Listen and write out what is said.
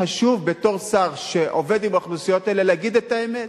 חשוב בתור שר שעובד עם האוכלוסיות האלה להגיד את האמת.